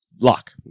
Lock